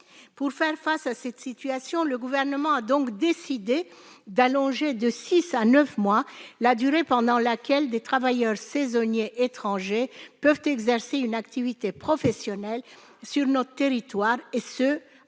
Pour faire face à cette situation, le Gouvernement a décidé d'allonger de six à neuf mois la durée pendant laquelle des travailleurs saisonniers étrangers peuvent exercer une activité professionnelle sur notre territoire, et ce à